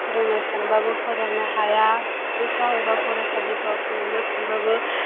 फोरोंनो सानबाबो फोरोंनो हाया स्कुलफ्राव एबा फरायसालिफ्राव थिनहरनो सानबाबो